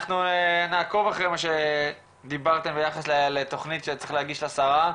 אנחנו נעקוב אחרי מה שדיברתם ביחס לתכנית שצריך להגיש לשרה.